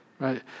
right